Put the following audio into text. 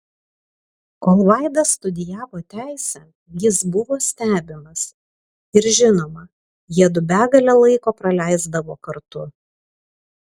kol vaida studijavo teisę jis buvo stebimas ir žinoma jiedu begalę laiko praleisdavo kartu